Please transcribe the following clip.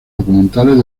documentales